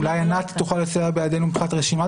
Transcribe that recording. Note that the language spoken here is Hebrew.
אולי ענת תוכל לסייע בידינו מבחינת רשימת